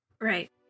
Right